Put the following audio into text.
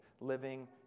living